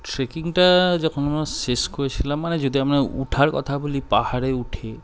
ট্রেকিংটা যখন আমরা শেষ করেছিলাম মানে যদি আমরা ওঠার কথা বলি পাহাড়ে উঠে